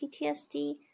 PTSD